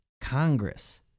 congress